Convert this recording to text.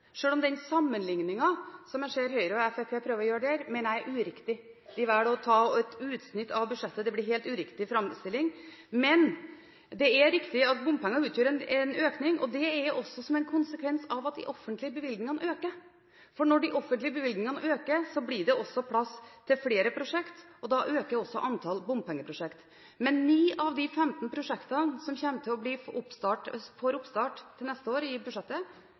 den sammenligningen som jeg ser Høyre og Fremskrittspartiet prøver å gjøre, er uriktig. De velger å ta et utsnitt av budsjettet. Det blir en helt uriktig framstilling. Men det er riktig at bompengeandelen utgjør en økning, og det er som en konsekvens av at også de offentlige bevilgningene øker, for når de offentlige bevilgningene øker, blir det også plass til flere prosjekter. Da øker også antall bompengeprosjekter. Men 9 av de 15 prosjektene som kommer til å få oppstart til neste år i budsjettet,